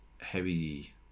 heavy